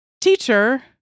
teacher